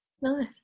nice